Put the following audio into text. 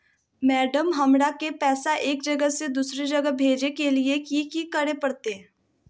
Madam, हमरा के पैसा एक जगह से दुसर जगह भेजे के लिए की की करे परते?